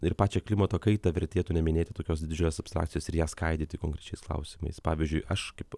ir pačią klimato kaitą vertėtų neminėti tokios didžios abstrakcijos ir ją skaidyti konkrečiais klausimais pavyzdžiui aš kaip